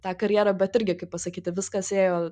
tą karjerą bet irgi kaip pasakyti viskas ėjo